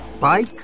bike